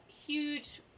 Huge